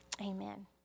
Amen